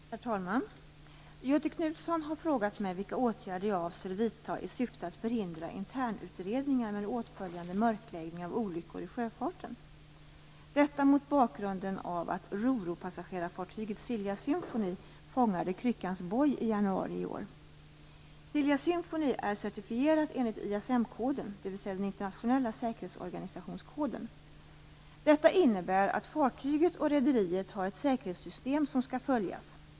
Herr talman! Göthe Knutson har frågat mig vilka åtgärder jag avser vidta i syfte att förhindra internutredningar med åtföljande mörkläggning av olyckor i sjöfarten, detta mot bakgrund av att ro-ro passagerarfartyget Silja Symphony fångade Kryckans boj i januari i år. Silja Symphony är certifierat enligt ISM-koden, dvs. den internationella säkerhetsorganisationskoden. Detta innebär att fartyget och rederiet har ett säkerhetssystem som skall följas.